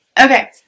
Okay